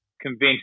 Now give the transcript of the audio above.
convinced